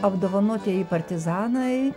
apdovanotieji partizanai